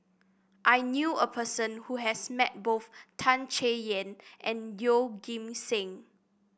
I knew a person who has met both Tan Chay Yan and Yeoh Ghim Seng